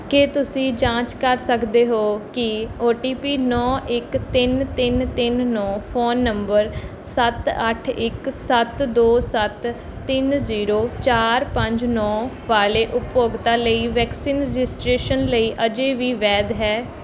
ਕੀ ਤੁਸੀਂ ਜਾਂਚ ਕਰ ਸਕਦੇ ਹੋ ਕਿ ਓ ਟੀ ਪੀ ਨੌਂ ਇੱਕ ਤਿੰਨ ਤਿੰਨ ਤਿੰਨ ਨੌਂ ਫ਼ੋਨ ਨੰਬਰ ਸੱਤ ਅੱਠ ਇੱਕ ਸੱਤ ਦੋ ਸੱਤ ਤਿੰਨ ਜੀਰੋ ਚਾਰ ਪੰਜ ਨੌਂ ਵਾਲੇ ਉਪਭੋਗਤਾ ਲਈ ਵੈਕਸੀਨ ਰਜਿਸਟ੍ਰੇਸ਼ਨ ਲਈ ਅਜੇ ਵੀ ਵੈਧ ਹੈ